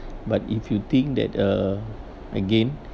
but if you think that uh again